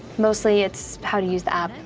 mostly it's how to use the app,